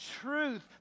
truth